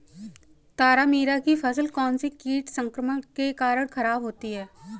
तारामीरा की फसल कौनसे कीट संक्रमण के कारण खराब होती है?